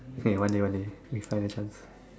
okay one day one day we find a chance